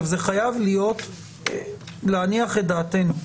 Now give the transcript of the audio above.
זה חייב להניח את דעתנו.